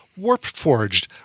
Warpforged